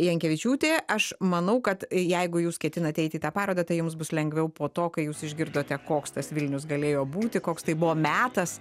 jankevičiūtė aš manau kad jeigu jūs ketinate eit į tą parodą tai jums bus lengviau po to kai jūs išgirdote koks tas vilnius galėjo būti koks tai buvo metas